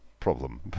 Problem